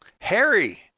Harry